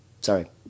sorry